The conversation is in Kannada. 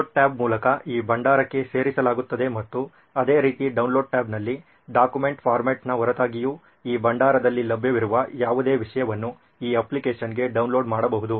ಅಪ್ಲೋಡ್ ಟ್ಯಾಬ್ ಮೂಲಕ ಈ ಭಂಡಾರಕ್ಕೆ ಸೇರಿಸಲಾಗುತ್ತದೆ ಮತ್ತು ಅದೇ ರೀತಿ ಡೌನ್ಲೋಡ್ ಟ್ಯಾಬ್ನಲ್ಲಿ ಡಾಕ್ಯುಮೆಂಟ್ ಫಾರ್ಮ್ಯಾಟ್ನ ಹೊರತಾಗಿಯೂ ಈ ಭಂಡಾರದಲ್ಲಿ ಲಭ್ಯವಿರುವ ಯಾವುದೇ ವಿಷಯವನ್ನು ಈ ಅಪ್ಲಿಕೇಶನ್ಗೆ ಡೌನ್ಲೋಡ್ ಮಾಡಬಹುದು